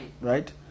right